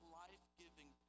life-giving